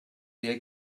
dia